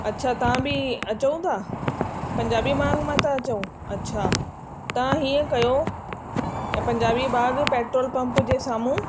अच्छा तव्हां बि अचो था पंजाबी बाग मां था अचो अच्छा तव्हां हीअं कयो ए पंजाबी बाग वारो पेट्रोल पंप जे साम्हूं